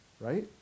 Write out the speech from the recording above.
Right